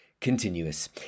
continuous